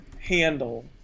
handle